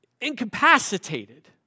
incapacitated